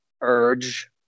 urge